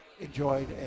enjoyed